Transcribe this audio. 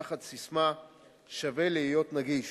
תחת הססמה "שווה להיות נגיש",